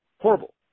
horrible